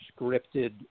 scripted